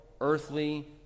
Earthly